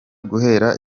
guhera